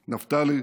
נפתלי,